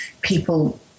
people